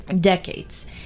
decades